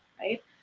right